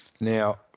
Now